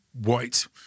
white